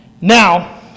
Now